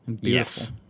Yes